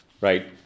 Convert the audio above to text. right